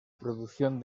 producción